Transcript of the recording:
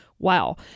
Wow